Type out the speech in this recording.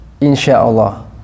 insha'Allah